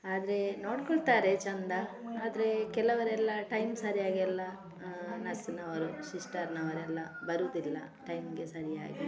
ಆದರೆ ನೋಡಿಕೊಳ್ತಾರೆ ಚಂದ ಆದರೆ ಕೆಲವರೆಲ್ಲ ಟೈಮ್ಗೆ ಸರಿಯಾಗೆಲ್ಲ ನರ್ಸಿನವರು ಸಿಸ್ಟರ್ನವರೆಲ್ಲ ಬರೋದಿಲ್ಲ ಟೈಮಿಗೆ ಸರಿಯಾಗಿ